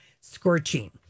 scorching